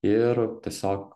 ir tiesiog